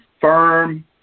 firm